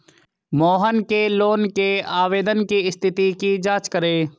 मोहन के लोन के आवेदन की स्थिति की जाँच करें